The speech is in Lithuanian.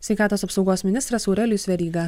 sveikatos apsaugos ministras aurelijus veryga